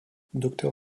docteur